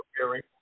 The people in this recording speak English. preparing